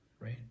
right